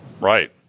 Right